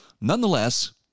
Nonetheless